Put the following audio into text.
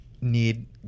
need